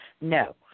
No